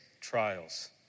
trials